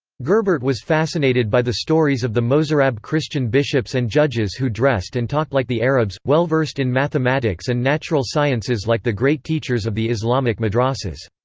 gerbert was fascinated by the stories of the mozarab christian bishops and judges who dressed and talked like the arabs, well-versed in mathematics and natural sciences like the great teachers of the islamic madrasahs.